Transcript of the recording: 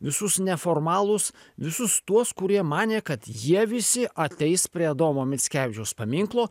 visus neformalus visus tuos kurie manė kad jie visi ateis prie adomo mickevičiaus paminklo